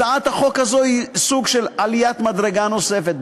הצעת החוק הזאת היא סוג של עליית מדרגה נוספת,